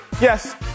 Yes